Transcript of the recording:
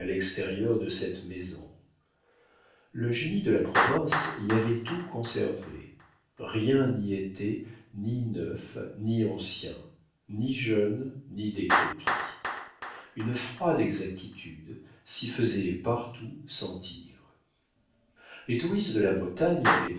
l'extérieur de cette maison le génie de la province y avait tout conservé rien n'y était ni neuf ni ancien ni jeune ni décrépit une froide exactitude s'y faisait partout sentir les touristes de la bretagne